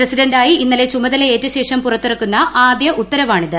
പ്രസിഡന്റായി ഇന്നലെ ചുമതലയേറ്റ ശേഷം പുറത്തിറക്കുന്ന ആദ്യ ഉത്തരവാണിത്